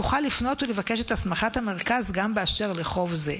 תוכל לפנות ולבקש את הסמכת המרכז גם באשר לחוב זה.